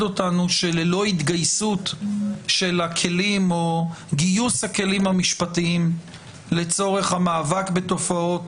אותנו שללא גיוס הכלים המשפטיים לצורך המאבק בתופעות